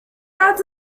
adds